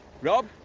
rob